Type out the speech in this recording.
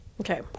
Okay